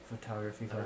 photography